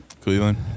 Cleveland